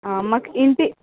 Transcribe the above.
మాక్ ఇంటి